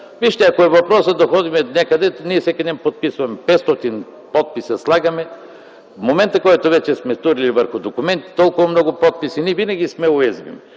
Вижте, ако въпросът е да ходим някъде, ние всеки ден подписваме – 500 подписа слагаме. В момента, в който вече сме турили върху документите толкова много подписи, ние винаги сме уязвими.